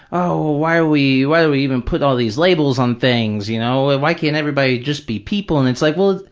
oh, why are we, why do we even put all these labels on things, you know, like and why can't everybody just be people? and it's like, well,